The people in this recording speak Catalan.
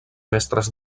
mestres